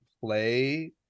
play